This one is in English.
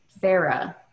Farah